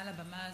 ברוכים הבאים,